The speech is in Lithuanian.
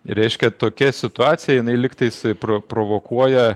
reiškia tokia situacija jinai lygtais provokuoja